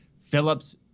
Phillips